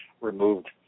removed